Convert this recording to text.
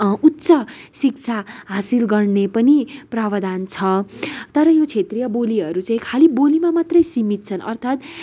शिक्षा हासिल गर्ने पनि प्रावधान छ तर यो क्षेत्रीय बोलीहरू चाहिँ खालि बोलीमा मात्रै सिमित छन् अर्थात्